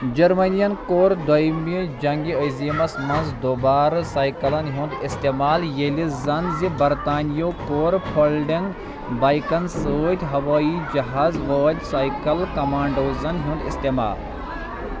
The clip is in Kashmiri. جرمنیَن کوٚر دوٚیٛمہِ جنگہِ عظیمَس منٛز دوبارٕ سایکلَن ہُنٛد استعمال، ییٚلہِ زَن زِ برطانیَو کوٚر فولڈنگ بایکَن سۭتۍ ہوٲیی جہاز وٲلۍ سایکل کمانڈوزَن ہُنٛد استعمال